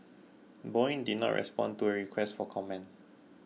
Boeing did not respond to a request for comment